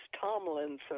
Tomlinson